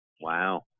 Wow